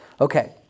Okay